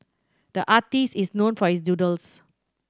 the artist is known for his doodles